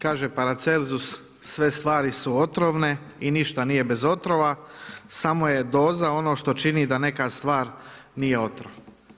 Kaže Paracelsus sve stvari su otrovne i ništa nije bez otrova samo je doza ono što čini da neka stvar nije otrov.